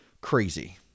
crazy